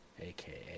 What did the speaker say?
AKA